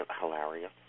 hilarious